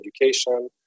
education